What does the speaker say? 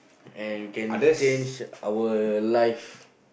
and you can change our life